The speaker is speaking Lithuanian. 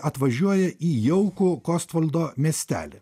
atvažiuoja į jaukų kostvaldo miestelį